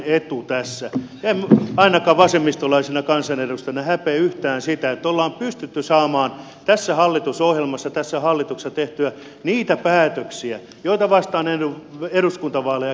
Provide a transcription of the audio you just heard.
en ainakaan vasemmistolaisena kansanedustajana häpeä yhtään sitä että on saatu tässä hallitusohjelmassa tässä hallituksessa tehtyä niitä päätöksiä joita vastaan eduskuntavaaleissa kritisoitiin